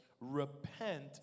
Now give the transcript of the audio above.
repent